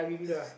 ya